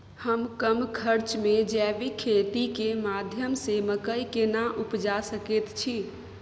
हम कम खर्च में जैविक खेती के माध्यम से मकई केना उपजा सकेत छी?